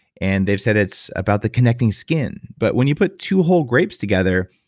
and they've said it's about the connecting skin. but when you put two whole grapes together,